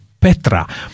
Petra